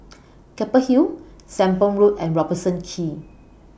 Keppel Hill Sembong Road and Robertson Quay